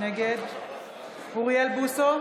נגד אוריאל בוסו,